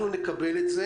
נקבל את זה